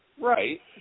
Right